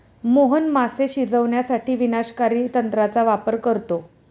मोहन मासे शिजवण्यासाठी विनाशकारी तंत्राचा वापर करतो